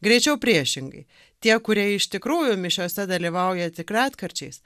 greičiau priešingai tie kurie iš tikrųjų mišiose dalyvauja tik retkarčiais